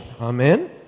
Amen